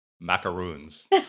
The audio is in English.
macaroons